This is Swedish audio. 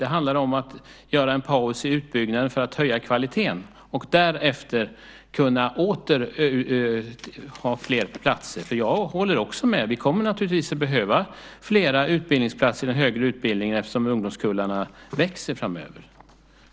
Det handlar om att göra en paus i utbyggnaden för att höja kvaliteten och därefter åter kunna öka antalet platser. Jag håller med om att vi naturligtvis kommer att behöva fler utbildningsplatser inom den högre utbildningen eftersom ungdomskullarna växer framöver.